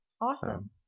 Awesome